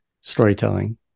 storytelling